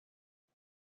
يوم